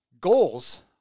goals